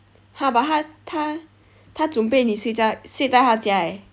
!huh! but 他他准备你睡你睡在他家 eh